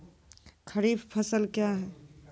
खरीफ फसल क्या हैं?